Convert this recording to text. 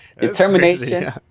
determination